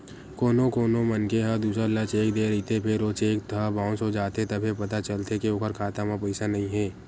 कोनो कोनो मनखे ह दूसर ल चेक दे रहिथे फेर ओ चेक ह बाउंस हो जाथे तभे पता चलथे के ओखर खाता म पइसा नइ हे